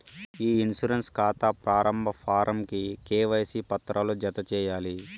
ఇ insurance కాతా ప్రారంబ form కి కేవైసీ పత్రాలు జత చేయాలి